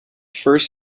first